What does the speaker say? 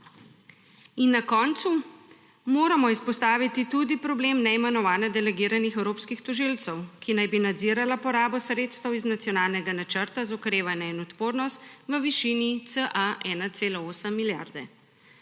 Na koncu moramo izpostaviti tudi problem neimenovanje delegiranih evropskih tožilcev, ki naj bi nadzirali porabo sredstev iz nacionalnega Načrta za okrevanje in odpornost v višini cirka 1,8 milijarde.